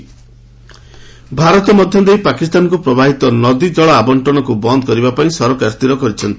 ଗଡକରୀ ପାକିସ୍ତାନ ଭାରତ ମଧ୍ୟ ଦେଇ ପାକିସ୍ତାନକୁ ପ୍ରବାହିତ ନଦୀ ଜଳ ଆବଶ୍ଚନକୁ ବନ୍ଦ କରିବା ପାଇଁ ସରକାର ସ୍ଥିର କରିଛନ୍ତି